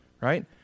right